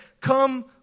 come